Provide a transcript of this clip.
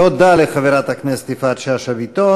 תודה לחברת הכנסת יפעת שאשא ביטון.